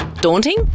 Daunting